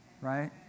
right